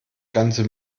ganze